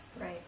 Right